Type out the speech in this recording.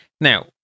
Now